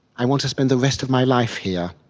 i want to spend the rest of my life here,